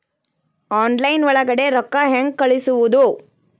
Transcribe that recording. Online ಒಳಗಡೆ ರೊಕ್ಕ ಹೆಂಗ್ ಕಳುಹಿಸುವುದು?